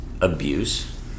abuse